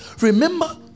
Remember